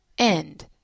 End